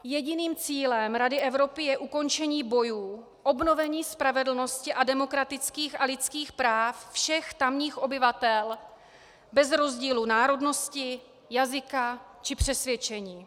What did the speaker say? Jediným cílem Rady Evropy je ukončení bojů, obnovení spravedlnosti a demokratických a lidských práv všech tamních obyvatel bez rozdílu národnosti, jazyka či přesvědčení.